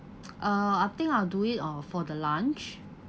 uh I think I'll do it or for the lunch